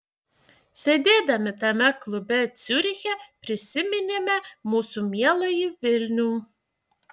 sėdėdami tame klube ciuriche prisiminėme mūsų mieląjį vilnių